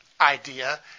idea